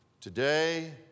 today